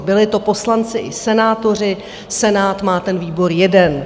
Byli to poslanci i senátoři, Senát má ten výbor jeden.